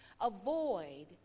Avoid